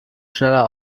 schneller